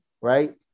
right